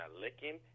licking